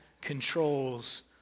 controls